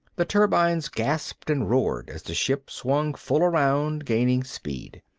the turbines gasped and roared as the ship swung full around, gaining speed.